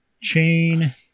chain